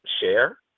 share